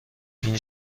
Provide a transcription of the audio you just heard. این